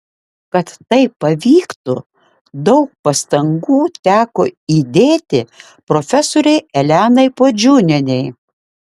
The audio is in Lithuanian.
kad tai pavyktų daug pastangų teko įdėti profesorei elenai puodžiūnienei